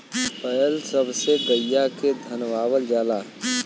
बैल सब से गईया के धनवावल जाला